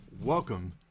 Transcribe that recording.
Welcome